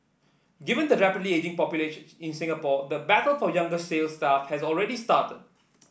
given the rapidly ageing population in Singapore the battle for younger sale staff has already started